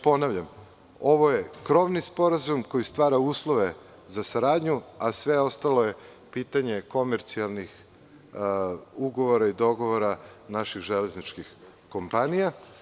Ponavljam, ovo je krovni sporazum koji stvara uslove za saradnju, a sve ostalo je pitanje komercijalnih ugovora i dogovora naših železničkih kompanija.